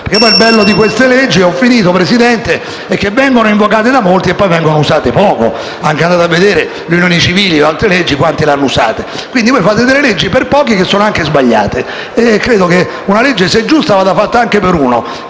Quindi, voi fate delle leggi per pochi che sono anche sbagliate. Credo che se una legge è giusta, vada fatta anche per uno; se è sbagliata ed è per pochi, credo che questa sia una motivazione per votare ancora più convintamente a favore di questo emendamento.